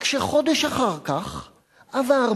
רק שחודש אחר כך עבר,